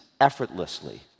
effortlessly